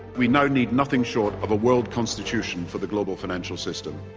we now need nothing short of a world constitution. for the global financial system.